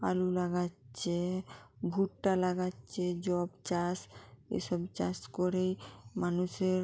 আলু লাগাচ্ছে ভুট্টা লাগাচ্ছে যব চাষ এসব চাষ করেই মানুষের